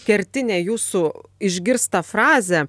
kertinę jūsų išgirstą frazę